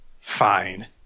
fine